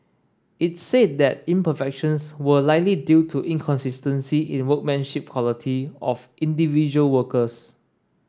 it said that imperfections were likely due to inconsistency in workmanship quality of individual workers